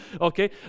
okay